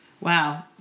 Wow